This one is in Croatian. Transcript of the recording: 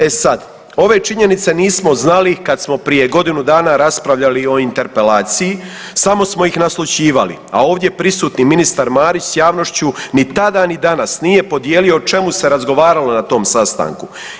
E sad, ove činjenice nismo znali kad smo prije godinu dana raspravljali o interpelaciji, samo smo ih naslućivali, a ovdje prisutni ministar Marić s javnošću ni tada ni danas nije podijelio o čemu se razgovaralo na tom sastanku.